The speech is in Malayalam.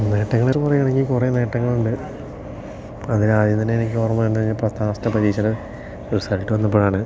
നേട്ടങ്ങൾ എന്ന് പറയുകയാണെങ്കിൽ കുറേ നേട്ടങ്ങളുണ്ട് അതിൽ ആദ്യം തന്നെ എനിക്ക് ഓർമ്മ വരുന്നത് ഞാൻ പത്താം ക്ലാസ്സിലത്തെ പരീക്ഷയുടെ റിസൾട്ട് വന്നപ്പോഴാണ്